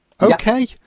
Okay